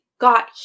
got